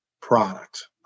product